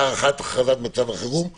הבקשה להארכת הכרזת מצב החירום אושרה.